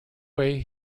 way